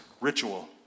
ritual